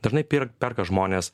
dažnai pir perka žmonės